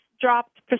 dropped